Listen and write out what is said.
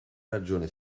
ragione